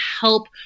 help